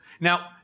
Now